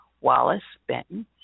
Wallace-Benton